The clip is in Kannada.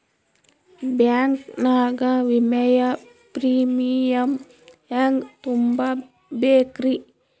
ಬ್ಯಾಂಕ್ ನಾಗ ವಿಮೆಯ ಪ್ರೀಮಿಯಂ ಹೆಂಗ್ ತುಂಬಾ ಬೇಕ್ರಿ?